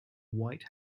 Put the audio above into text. white